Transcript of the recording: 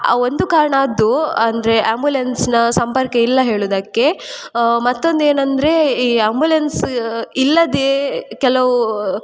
ಆ ಒಂದು ಕಾರಣ ಅದು ಅಂದರೆ ಆಂಬ್ಯುಲೆನ್ಸ್ನ ಸಂಪರ್ಕ ಇಲ್ಲ ಹೇಳೋದಕ್ಕೆ ಮತ್ತೊಂದು ಏನಂದರೆ ಈ ಆಂಬ್ಯುಲೆನ್ಸ್ ಇಲ್ಲದೆ ಕೆಲವು